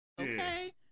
Okay